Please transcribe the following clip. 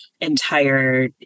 entire